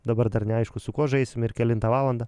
dabar dar neaišku su kuo žaisim ir kelintą valandą